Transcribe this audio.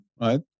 Right